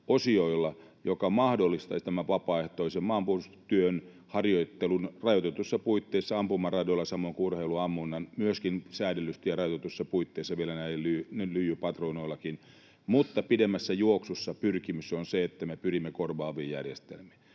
osioilla, jotka mahdollistaisivat vapaaehtoisen maanpuolustustyön harjoittelun rajoitetuissa puitteissa ampumaradoilla, samoin kuin urheiluammunnan myöskin säädellysti ja rajoitetuissa puitteissa, vielä lyijypatruunoillakin. Mutta pidemmässä juoksussa pyrkimys on se, että me pyrimme korvaaviin järjestelmiin.